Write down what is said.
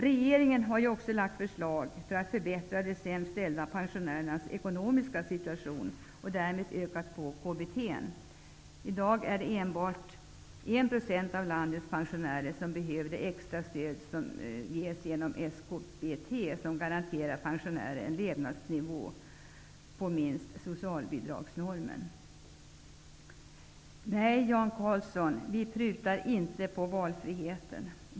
Regeringen har ju också lagt fram förslag för att förbättra de sämst ställda pensionärernas ekonomiska situation och därmed ökat KBT. I dag är det endast 1 % av landets pensionärer som behöver det extra stöd som ges genom SKBT. Det garanterar pensionärer en levnadsnivå som ligger på lägst socialbidragsnormen. Nej, Jan Karlsson, vi prutar inte på valfriheten.